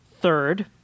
Third